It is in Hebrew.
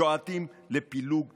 שועטים לפילוג ושיסוי,